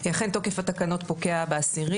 אכן תוקף התקנות פוקע ב-10.